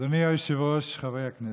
אדוני היושב-ראש, חברי הכנסת,